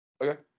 Okay